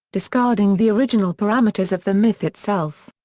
discarding the original parameters of the myth itself.